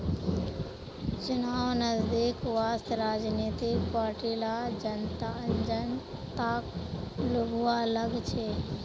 चुनाव नजदीक वस त राजनीतिक पार्टि ला जनताक लुभव्वा लाग छेक